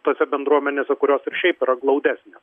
tose bendruomenėse kurios ir šiaip yra glaudesnės